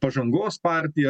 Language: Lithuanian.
pažangos partija